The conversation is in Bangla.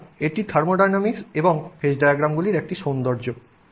সুতরাং এটি থার্মোডাইনামিকস এবং ফেজ ডায়াগ্রামগুলির একটি সৌন্দর্য